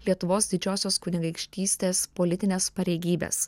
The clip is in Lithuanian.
lietuvos didžiosios kunigaikštystės politines pareigybes